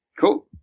Cool